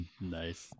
Nice